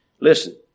Listen